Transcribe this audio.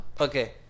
okay